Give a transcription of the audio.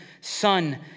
son